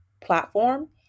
platform